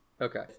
Okay